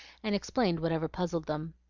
and explained whatever puzzled them.